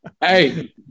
Hey